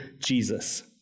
Jesus